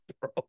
bro